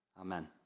amen